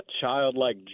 childlike